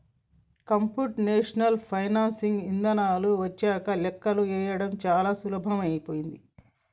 computational financing ఇదానాలు వచ్చినంక లెక్కలు వేయడం చానా సులభమైపోనాది